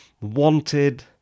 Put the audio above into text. wanted